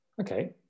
okay